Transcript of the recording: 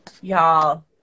y'all